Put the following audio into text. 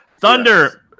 Thunder